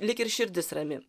lyg ir širdis rami